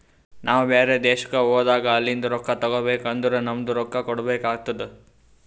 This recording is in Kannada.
ನಾವು ಬ್ಯಾರೆ ದೇಶ್ಕ ಹೋದಾಗ ಅಲಿಂದ್ ರೊಕ್ಕಾ ತಗೋಬೇಕ್ ಅಂದುರ್ ನಮ್ದು ರೊಕ್ಕಾ ಕೊಡ್ಬೇಕು ಆತ್ತುದ್